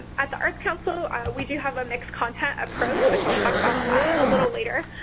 at the arts council, we do have a mixed content approach, which i'll talk about a little later.